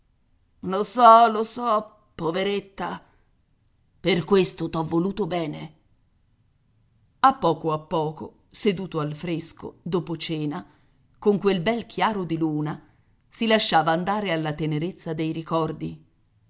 lo so lo so poveretta per questo t'ho voluto bene a poco a poco seduto al fresco dopo cena con quel bel chiaro di luna si lasciava andare alla tenerezza dei ricordi